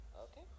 Okay